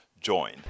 join